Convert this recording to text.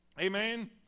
Amen